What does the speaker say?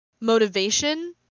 motivation